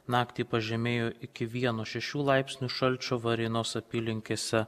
naktį pažemėjo iki vieno šešių laipsnių šalčio varėnos apylinkėse